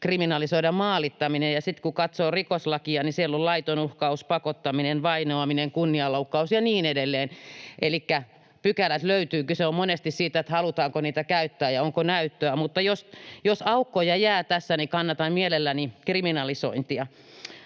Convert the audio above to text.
kriminalisoida maalittaminen, ja sitten, kun katsoo rikoslakia, niin siellä on laiton uhkaus, pakottaminen, vainoaminen, kunnianloukkaus ja niin edelleen, elikkä pykälät löytyvät. Kyse on monesti siitä, halutaanko niitä käyttää ja onko näyttöä, mutta jos aukkoja jää tässä, niin kannatan mielelläni kriminalisointia.